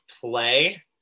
play